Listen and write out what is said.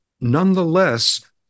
nonetheless